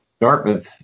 Dartmouth